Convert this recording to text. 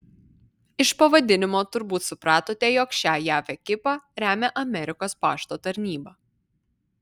iš pavadinimo turbūt supratote jog šią jav ekipą remia amerikos pašto tarnyba